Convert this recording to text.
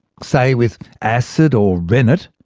say with acid or rennet,